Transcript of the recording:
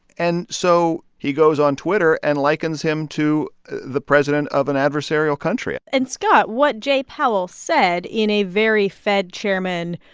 and so he goes on twitter and likens him to the president of an adversarial country and scott, what jay powell said in a very fed chairman,